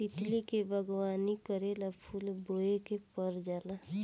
तितली के बागवानी करेला फूल बोए के पर जाला